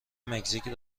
مکزیک